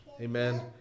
Amen